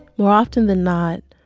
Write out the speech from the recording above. more often than not,